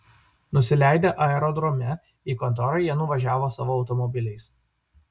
nusileidę aerodrome į kontorą jie nuvažiavo savo automobiliais